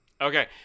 Okay